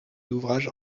d’ouvrage